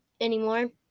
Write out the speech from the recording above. anymore